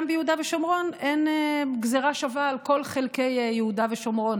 גם ביהודה ושומרון אין גזרה שווה על כל חלקי יהודה ושומרון,